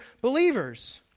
believers